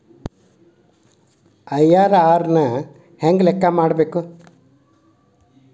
IRR ನ ಹೆಂಗ ಲೆಕ್ಕ ಮಾಡಬೇಕ?